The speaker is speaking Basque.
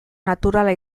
naturala